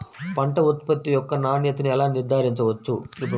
పంట ఉత్పత్తి యొక్క నాణ్యతను ఎలా నిర్ధారించవచ్చు?